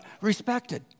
respected